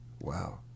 Wow